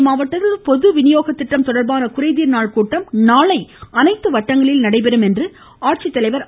தஞ்சை மாவட்டத்தில் பொது விநியோகத் திட்டம் தொடா்பான குறைதீர்நாள் கூட்டம் நாளை அனைத்து வட்டங்களிலும் நடைபெற இருப்பதாக ஆட்சித்தலைவா் திரு